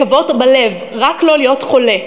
לקוות בלב רק לא להיות חולה,